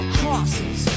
crosses